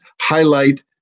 highlight